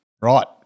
Right